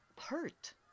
hurt